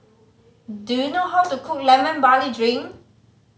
do you know how to cook Lemon Barley Drink